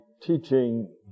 teaching